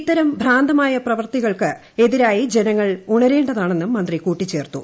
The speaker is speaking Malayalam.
ഇത്തരം ഭ്രാന്തമായ പ്രവർത്തികൾക്ക് എതിരായി ജനങ്ങൾ ഉണരേണ്ടതാണെന്നും മന്ത്രി കൂട്ടിചേർത്തു